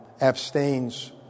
abstains